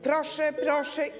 Proszę, proszę.